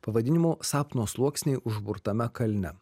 pavadinimu sapno sluoksniai užburtame kalne